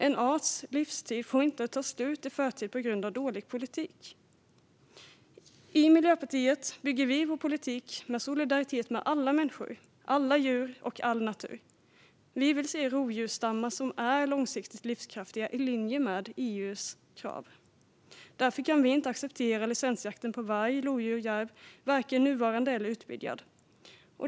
En arts livstid får inte ta slut i förtid på grund av dålig politik. I Miljöpartiet bygger vi vår politik på solidaritet med alla människor, alla djur och all natur. Vi vill se rovdjursstammar som är långsiktigt livskraftiga, i linje med EU:s krav. Därför kan vi inte acceptera licensjakt på varg, lodjur och järv, varken nuvarande eller utvidgad.